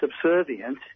subservient